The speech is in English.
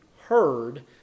heard